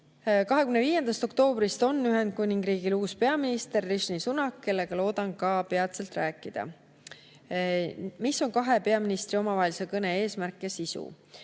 25. oktoobrist on Ühendkuningriigil uus peaminister Rishi Sunak, kellega loodan ka peatselt rääkida. "Mis on kahe peaministri omavahelise kõne eesmärk ning sisu?"